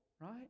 right